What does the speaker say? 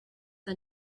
the